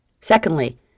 Secondly